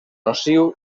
nociu